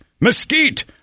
mesquite